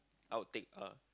out take uh